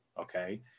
Okay